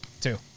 Two